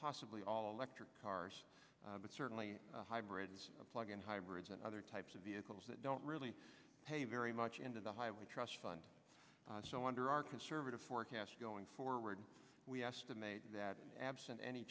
possibly all electric cars but certainly hybrid plug in hybrids and other types of vehicles that don't really pay very much into the highway trust fund so under our conservative forecast going forward we estimate that absent any